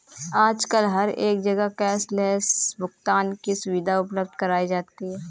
आजकल हर एक जगह कैश लैस भुगतान की सुविधा उपलब्ध कराई जाती है